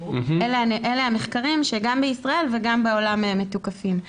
אלה המחקרים שגם בישראל וגם בעולם מתוקפים.